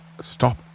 stop